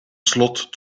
slot